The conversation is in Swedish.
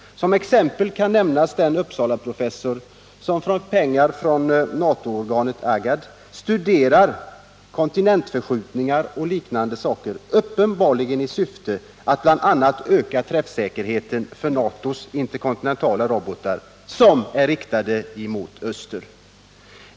Som exempel kan nämnas den Uppsalaprofessor som för pengar från NATO organet Agad studerar kontinentförskjutningar och liknande ting, uppenbarligen i syfte att bl.a. öka träffsäkerheten för NATO:s interkontinentala robotar, som är riktade mot öster.